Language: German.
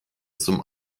zum